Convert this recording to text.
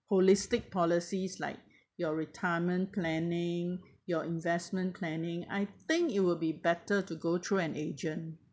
holistic policies like your retirement planning your investment planning I think it will be better to go through an agent